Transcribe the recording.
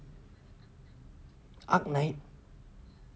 ark knight